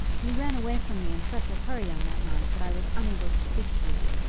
you ran away from me in such a hurry on that night that i was unable to speak to you.